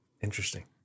Interesting